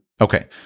Okay